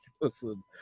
Listen